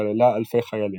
שכללה אלפי חיילים.